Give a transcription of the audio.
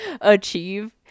achieve